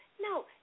No